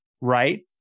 right